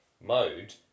mode